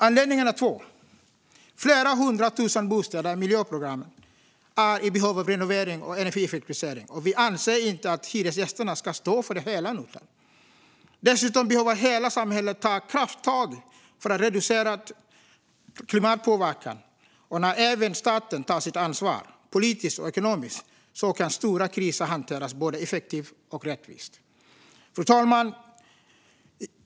Anledningarna är två: Flera hundra tusen bostäder i miljonprogrammet är i behov av renovering och energieffektivisering, och vi anser inte att hyresgästerna ska stå för hela notan. Dessutom behöver hela samhället ta krafttag för att reducera klimatpåverkan. När även staten tar sitt ansvar - politiskt och ekonomiskt - kan stora kriser hanteras både effektivt och rättvist. Fru talman!